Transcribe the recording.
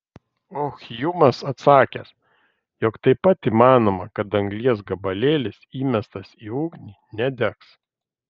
o hjumas atsakęs jog taip pat įmanoma kad anglies gabalėlis įmestas į ugnį nedegs